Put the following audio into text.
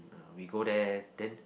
we go there then